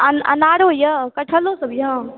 अन अनारो यऽ कटहलो सब यऽ